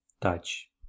touch